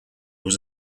was